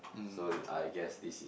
so I guess this is